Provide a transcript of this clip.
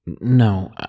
No